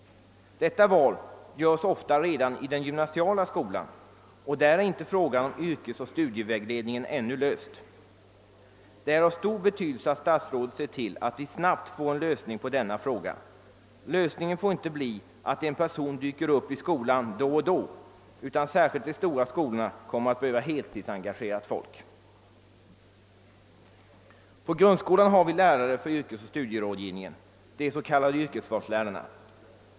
Detta val görs ofta redan i den gymnasiala skolan och där är yrkesoch studievägledningsfrågan ännu inte löst. Det är av stor betydelse att statsrådet ser till att vi snabbt får en lösning av detta problem. Den får inte bli att en person dyker upp i skolan då och då. Särskilt vid de stora skolorna behövs heltidsengagerade personer. I grundskolan har vi lärare för yrkesoch studierådgivning, de s.k. yrkesvalslärarna.